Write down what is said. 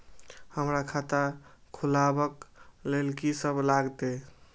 हमरा खाता खुलाबक लेल की सब लागतै?